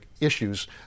issues